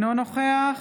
אינו נוכח